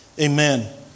Amen